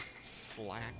slack